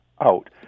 out